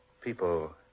people